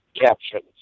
captions